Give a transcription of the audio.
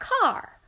car